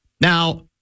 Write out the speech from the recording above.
Now